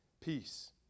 peace